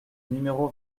numéro